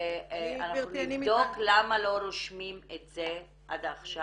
אנחנו נבדוק למה לא רושמים את זה עד עכשיו,